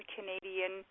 Canadian